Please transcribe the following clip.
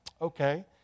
Okay